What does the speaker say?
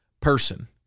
person